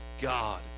God